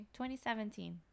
2017